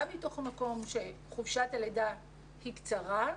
גם מתוך המקום שחופשת הלידה היא קצרה,